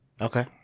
Okay